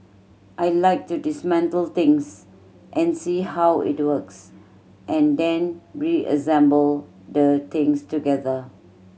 I like to dismantle things and see how it works and then reassemble the things together